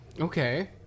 Okay